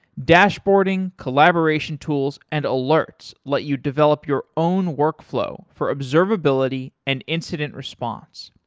dashboarding, collaboration tools, and alerts let you develop your own workflow for observability and incident response.